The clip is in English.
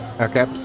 okay